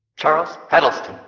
charles hedleston.